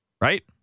Right